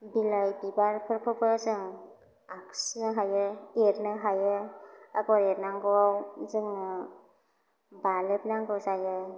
बिलाइ बिबारफोरखौबो जों आखिनो हायो एरनो हायो आगर एरनांगौआव जोंनो बालेब नांगौ जायो